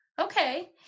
okay